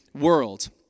world